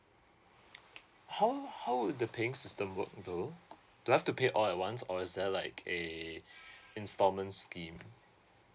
how how would the paying system work though do I have to pay all at once or is there like a installment scheme